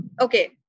okay